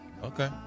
Okay